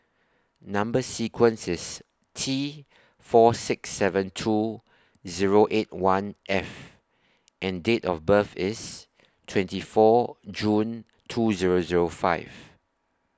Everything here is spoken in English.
Number sequence IS T four six seven two Zero eight one F and Date of birth IS twenty four June two Zero Zero five